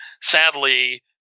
sadly –